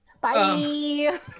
Bye